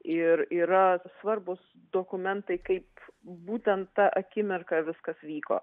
ir yra svarbūs dokumentai kaip būtent tą akimirką viskas vyko